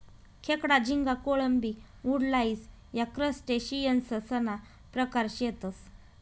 खेकडा, झिंगा, कोळंबी, वुडलाइस या क्रस्टेशियंससना प्रकार शेतसं